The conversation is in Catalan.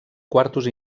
quartos